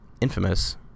infamous